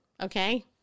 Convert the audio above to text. Okay